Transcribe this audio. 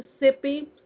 Mississippi